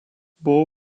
buvo